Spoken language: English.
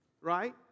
right